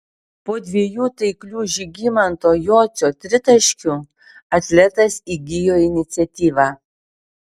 po dviejų taiklių žygimanto jocio tritaškių atletas įgijo iniciatyvą